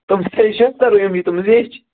تِم چھےٚ شیٚستٕر گٲمٕژ تِم زیچھِ